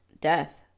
death